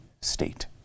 state